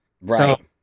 Right